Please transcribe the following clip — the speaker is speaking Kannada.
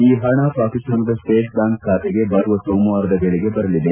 ಈ ಹಣ ಪಾಕಿಸ್ತಾನದ ಸ್ವೇಟ್ ಬ್ಯಾಂಕ್ ಖಾತೆಗೆ ಬರುವ ಸೋಮವಾರದ ವೇಳೆಗೆ ಬರಲಿದೆ